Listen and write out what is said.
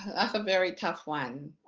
that's a very tough one.